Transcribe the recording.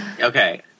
Okay